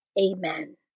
Amen